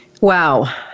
Wow